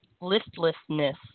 Listlessness